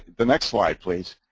the next slide, please.